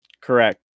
Correct